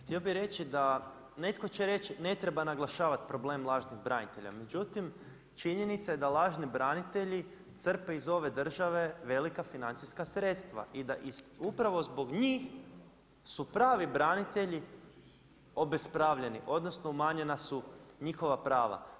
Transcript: Htio bi reći da, netko će reći ne treba naglašavati problem lažnih branitelja međutim činjenica je da lažni branitelji crpe iz ove države velika financijska sredstva i da upravo zbog njih su pravi branitelji obespravljeni odnosno umanjena su njihova prava.